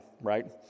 right